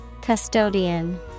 Custodian